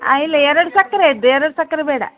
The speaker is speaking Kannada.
ಆಂ ಇಲ್ಲ ಎರಡು ಸಕ್ರೆಯದ್ದು ಎರಡು ಸಕ್ಕರೆ ಬೇಡ